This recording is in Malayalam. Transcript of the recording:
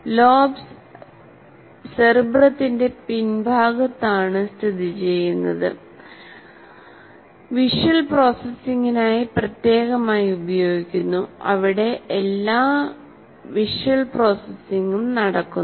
ലോബ്സ് സെറിബ്രത്തിന്റെ പിൻഭാഗത്താണ് സ്ഥിതിചെയ്യുന്നത് വിഷ്വൽ പ്രോസസ്സിംഗിനായി പ്രത്യേകമായി ഉപയോഗിക്കുന്നു അവിടെ എല്ലാ വിഷ്വൽ പ്രോസസ്സിംഗും നടക്കുന്നു